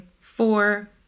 four